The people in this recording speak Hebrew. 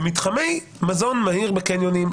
במתחמי מזון מהיר בקניונים,